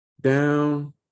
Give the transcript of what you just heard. down